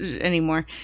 anymore